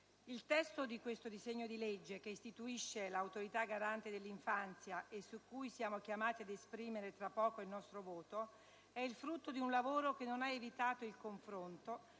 il testo di questo disegno di legge, che istituisce l'Autorità garante dell'infanzia e su cui siamo chiamati ad esprimere tra poco il nostro voto, è il frutto di un lavoro che non ha evitato il confronto